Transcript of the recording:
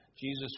Jesus